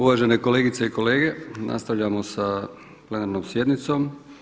Uvažene kolegice i kolege, nastavljamo sa plenarnom sjednicom.